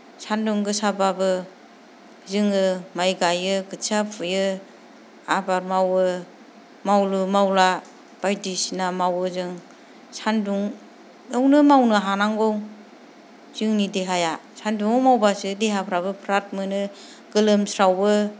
सानदुं गोसाबाबो जोङो माइ गायो खोथिया फुयो आबाद मावो मावलु मावला बायदिसिना मावो जों सानदुंआवनो मावनो हानांगौ जोंनि देहाया सानदुंआव मावबासो देहाफ्राबो फ्राद मोनो गोलोमस्रावो